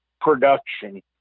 production